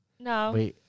No